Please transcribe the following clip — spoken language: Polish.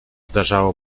zdarzało